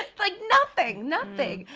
like, nothing, nothing.